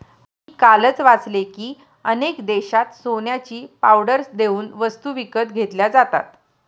मी कालच वाचले की, अनेक देशांत सोन्याची पावडर देऊन वस्तू विकत घेतल्या जातात